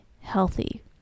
healthy